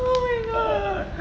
oh my god